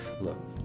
look